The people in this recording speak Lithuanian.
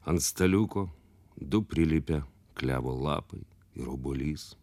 ant staliuko du prilipę klevo lapai ir obuolys